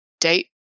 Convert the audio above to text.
date